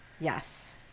Yes